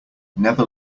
never